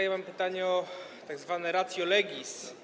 Ja mam pytanie o tzw. ratio legis.